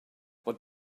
what